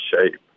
shape